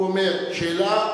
הוא אומר שאלה,